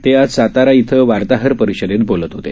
ते आज सातारा इथं वार्ताहर परिषदेत बोलत होते